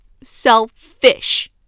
selfish